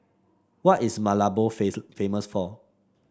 what is Malabo famous for